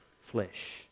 flesh